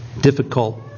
difficult